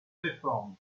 réforme